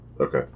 Okay